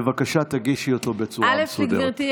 בבקשה, תגישי אותו בצורה מסודרת.